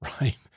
right